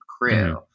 crew